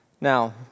Now